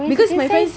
pharmaceutical science